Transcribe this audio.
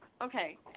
okay